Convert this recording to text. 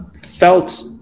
felt